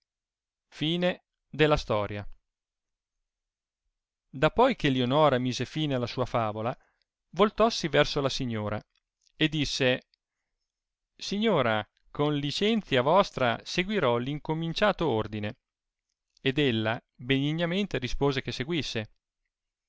mai da poi che lionora mise fine alla sua favola voltossi verso la signora e disse signora con licenzia vostra seguirò l incominciato ordine ed ella benignamente rispose che seguisse